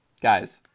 guys